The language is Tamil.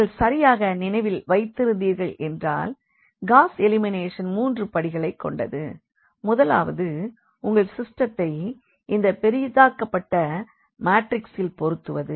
நீங்கள் சரியாக நினைவில் வைத்திருந்தீர்கள் என்றால் காஸ் எலிமினேஷன் மூன்று படிகளை கொண்டது முதலாவது உங்கள் சிஸ்டத்தை இந்த பெரிதாக்கப்பட்ட மாற்றிக்ஸில் பொருத்துவது